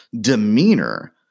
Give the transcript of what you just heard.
demeanor